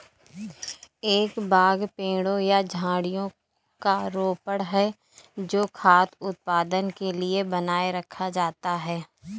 एक बाग पेड़ों या झाड़ियों का रोपण है जो खाद्य उत्पादन के लिए बनाए रखा जाता है